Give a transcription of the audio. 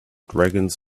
dragons